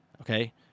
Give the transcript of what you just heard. Okay